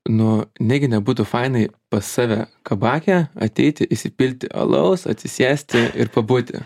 nu negi nebūtų fainai pas save kabake ateiti įsipilti alaus atsisėsti ir pabūti